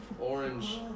orange